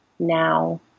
now